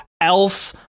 else